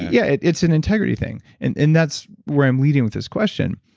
yeah, it's an integrity thing and and that's where i'm leading with this question.